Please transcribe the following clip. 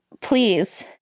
Please